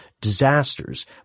disasters